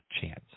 chance